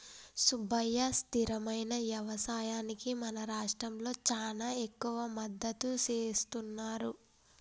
సుబ్బయ్య స్థిరమైన యవసాయానికి మన రాష్ట్రంలో చానా ఎక్కువ మద్దతు సేస్తున్నారు